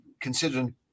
considering